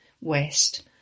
West